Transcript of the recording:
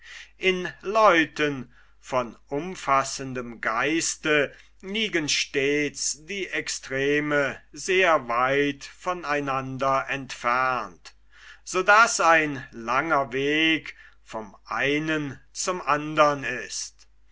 in leuten von umfassendem geiste liegen stets die extreme sehr weit von einander entfernt so daß ein langer weg vom einen zum andern ist